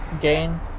Gain